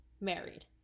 married